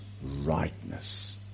rightness